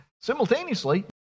Simultaneously